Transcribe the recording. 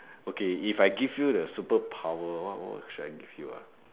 okay if I give you the superpower what what should I give you ah